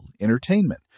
entertainment